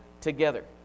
together